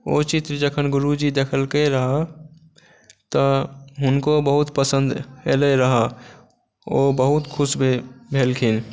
ओ चित्र जखन गुरूजी देखलकै रहय तऽ हुनको बहुत पसन्द अयलै रहय ओ बहुत खुश भेलखिन